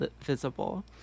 visible